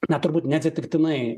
na turbūt neatsitiktinai